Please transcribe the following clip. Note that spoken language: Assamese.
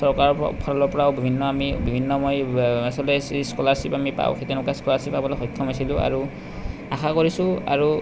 চৰকাৰৰ পৰাও ফালৰ পৰাও বিভিন্ন আমি বিভিন্ন মই আচলতে স্কলাৰশ্বিপ আমি পাওঁ তেনেকুৱা স্কলাৰশ্বিপ পাবলৈ সক্ষম হৈছিলোঁ আৰু আশা কৰিছোঁ আৰু